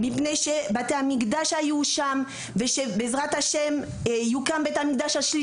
מפני שבתי המקדש היו שם וגם בית המקדש השלישי בעזרת ה׳ יוקם שם.